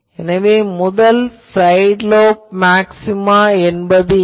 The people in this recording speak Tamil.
எனவே முதல் சைடு லோப் மேக்ஸ்சிமா என்பது என்ன